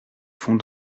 font